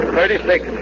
Thirty-six